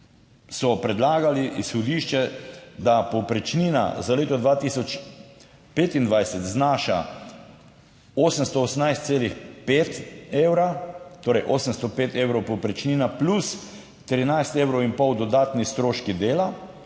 so predlagali izhodišče, da povprečnina za leto 2025 znaša 818,5 evra, torej 805 evrov povprečnina plus 13 evrov in pol dodatni stroški dela